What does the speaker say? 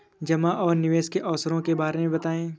जमा और निवेश के अवसरों के बारे में बताएँ?